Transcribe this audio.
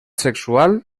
sexual